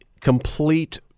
complete